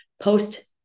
post